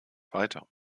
weiter